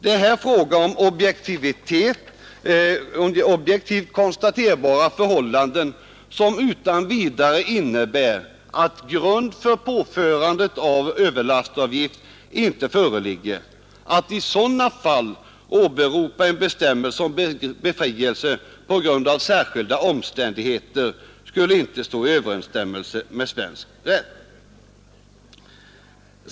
Här är det fråga om objektivt konstaterbara förhållanden, som utan vidare innebär att grund för påförande av överlastavgift inte föreligger. Att i sådana fall åberopa en bestämmelse om befrielse på grund av särskilda omständigheter skulle inte stå i överensstämmelse med svensk rätt.